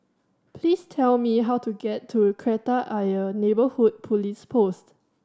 please tell me how to get to Kreta Ayer Neighbourhood Police Post